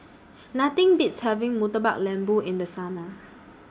Nothing Beats having Murtabak Lembu in The Summer